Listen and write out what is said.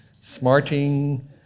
smarting